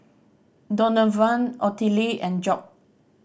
Donavan Ottilie and Job